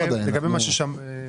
עוד משפט.